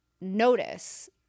notice